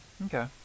Okay